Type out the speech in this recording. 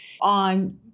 on